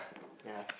ya